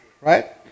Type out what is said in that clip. right